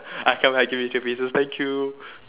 ah come I give you three pieces thank you